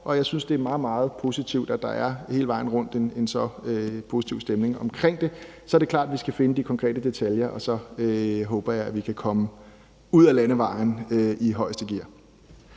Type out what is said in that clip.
og jeg synes, det er meget positivt, at der hele vejen rundt er en så positiv stemning omkring det. Så er det klart, at vi skal finde de konkrete detaljer, og så håber jeg, vi kan komme ud ad landevejen i højeste gear.